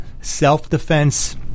self-defense